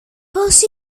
πώς